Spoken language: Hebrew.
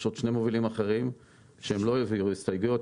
יש עוד שני מובילים אחרים שהם לא העבירו הסתייגויות.